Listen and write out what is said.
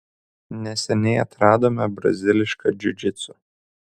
neseniai atradome brazilišką džiudžitsu